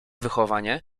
wychowanie